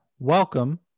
Welcome